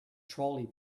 trolley